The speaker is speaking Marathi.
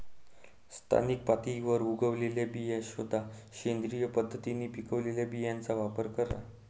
स्थानिक पातळीवर उगवलेल्या बिया शोधा, सेंद्रिय पद्धतीने पिकवलेल्या बियांचा वापर करा